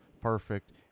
perfect